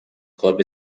club